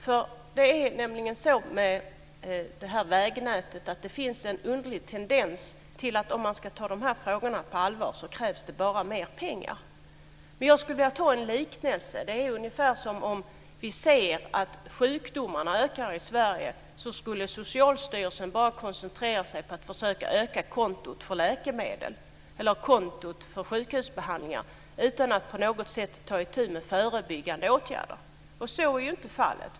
När det gäller det här vägnätet finns det nämligen en underlig tendens till att det bara krävs mer pengar om man ska ta de här frågorna på allvar. Men jag skulle vilja göra en liknelse. Det är ungefär som om vi skulle se att sjukdomarna ökar i Sverige och att Socialstyrelsen då bara skulle koncentrera sig på att försöka öka kontot för läkemedel eller kontot för sjukhusbehandlingar utan att på något sätt ta itu med förebyggande åtgärder. Och så är ju inte fallet.